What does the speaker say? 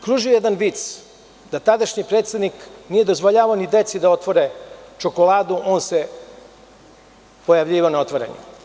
Kružio je jedan vic da tadašnji predsednik nije dozvoljavao ni deci da otvore čokoladu, on se pojavljivao na otvorenim.